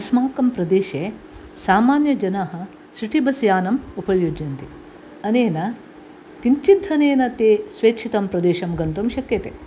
अस्माकं प्रदेशे सामान्यजनाः सिटि बस् यानम् उपयुज्यन्ति अनेन किञ्चित् धनेन ते स्वेच्छितं प्रदेशं गन्तुं शक्यते